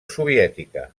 soviètica